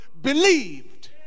believed